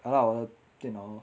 !hanna! 我的电脑 lor